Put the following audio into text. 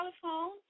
telephone